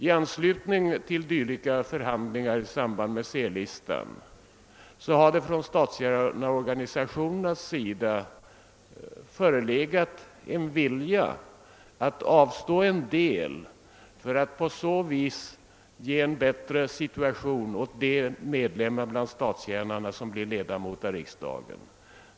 I anslutning till dylika förhandlingar i samband med C-listan har det från statstjänarorganisationernas sida föreles gat en vilja att avstå en del av löneförmånerna för att därigenom kunna medverka till en bättre situation för de medlemmar som blir ledamöter av riksdagen.